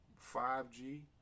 5G